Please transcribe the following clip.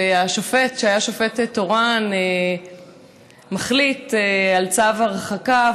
והשופט שהיה שופט תורן מחליט על צו הרחקה,